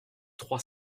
trois